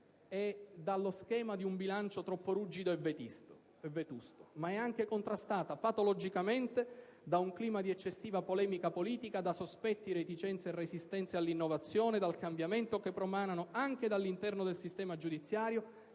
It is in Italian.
e dallo schema di un bilancio troppo rigido e vetusto, ma sono anche contrastati patologicamente da un clima di eccessiva polemica politica, da sospetti, reticenze e resistentza all'innovazione ed al cambiamento, che promanano anche dall'interno del sistema giudiziario,